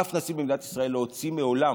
אף נשיא במדינת ישראל לא הוציא מעולם,